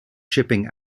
shipping